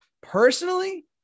Personally